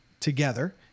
together